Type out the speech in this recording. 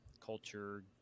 culture